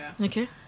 Okay